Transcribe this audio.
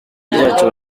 ryacu